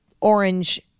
orange